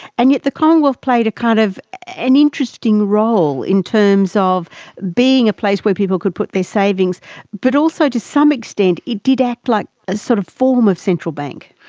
and yet the commonwealth played kind of an interesting role in terms of being a place where people could put their savings but also to some extent it did act like a sort of form of central bank.